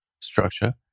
structure